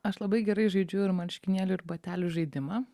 aš labai gerai žaidžiu ir marškinėlių ir batelių žaidimą